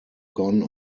gone